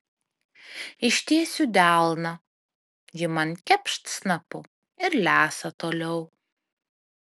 ištiesiu delną ji man kepšt snapu ir lesa toliau